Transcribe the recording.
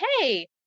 hey